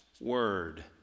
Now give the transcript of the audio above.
word